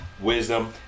wisdom